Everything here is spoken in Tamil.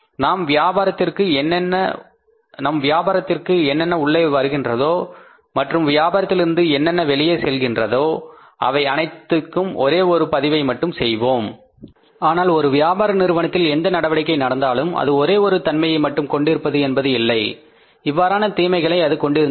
நம் வியாபாரத்திற்கு என்னென்ன உள்ளே வருகின்றதோ மற்றும் வியாபாரத்தில் இருந்து என்னென்ன வெளியே செல்கின்றதோ அவை அனைத்திற்கும் ஒரே ஒரு பதிவை மட்டும் செய்வோம் ஆனால் ஒரு வியாபார நிறுவனத்தில் எந்த நடவடிக்கை நடந்தாலும் அது ஒரே ஒரு தன்மையை மட்டும் கொண்டிருப்பது இல்லை இவ்வாறான தீமைகளை அது கொண்டிருந்தது